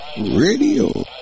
radio